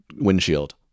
windshield